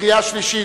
בקריאה שלישית.